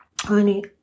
Honey